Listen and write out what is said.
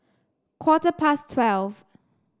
quarter past twelve